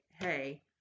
hey